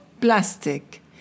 plastic